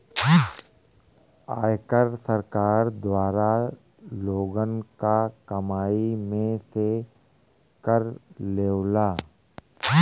आयकर सरकार द्वारा लोगन क कमाई में से कर लेवला